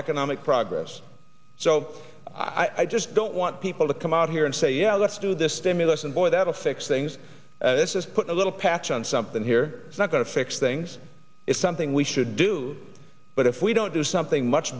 economic progress so i just don't want people to come out here and say yeah let's do this stimulus and boy that affects things this is put a little patch on something here is not going to fix things it's something we should do but if we don't do something much